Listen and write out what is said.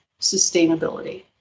sustainability